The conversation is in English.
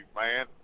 man